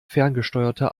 ferngesteuerte